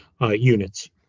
units